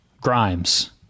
Grimes